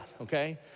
okay